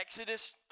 Exodus